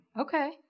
Okay